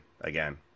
again